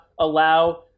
allow